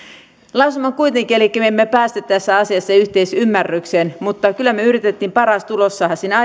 elikkä me emme päässeet tässä asiassa yhteisymmärrykseen mutta kyllä me yritimme parhaan tuloksen saada siinä